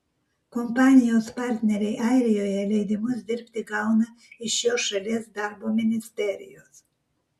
kompanijos partneriai airijoje leidimus dirbti gauna iš šios šalies darbo ministerijos